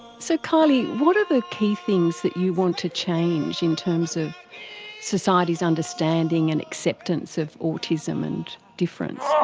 so kylee, what are the key things that you want to change in terms of society's understanding and acceptance of autism and difference?